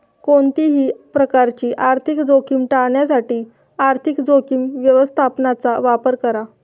कोणत्याही प्रकारची आर्थिक जोखीम टाळण्यासाठी आर्थिक जोखीम व्यवस्थापनाचा वापर करा